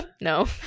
no